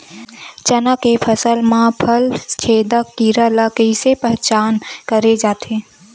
चना के फसल म फल छेदक कीरा ल कइसे पहचान करे जाथे?